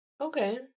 Okay